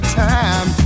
time